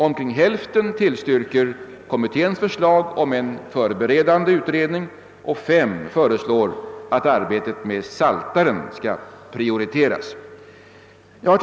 Omkring hälften har tillstyrkt kommitténs förslag om en förberedande utredning, och fem har föreslagit att arbetet med Psaltaren skall prioriteras.